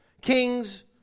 kings